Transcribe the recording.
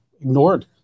ignored